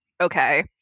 okay